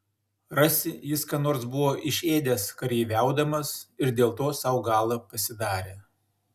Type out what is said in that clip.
rasi jis ką nors buvo išėdęs kareiviaudamas ir dėl to sau galą pasidarė